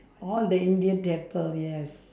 all the india temple yes